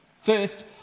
First